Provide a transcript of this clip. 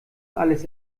alles